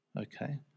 Okay